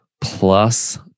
plus